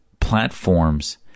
platforms